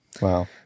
Wow